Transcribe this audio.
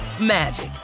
magic